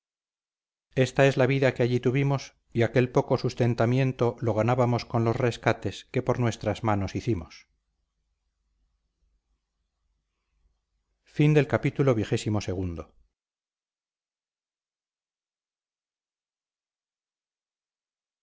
esta es la vida que allí tuvimos y aquel poco sustentamiento lo ganábamos con los rescates que por nuestras manos hicimos